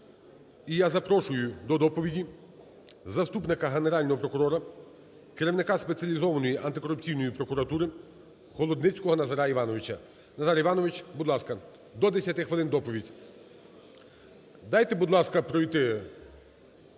я запрошую до доповіді заступника Генерального прокурора – керівника Спеціалізованої антикорупційної прокуратури Холодницького Назара Іванович. Назар Іванович, будь ласка, до 10 хвилин доповідь. Дайте, будь ласка, пройти!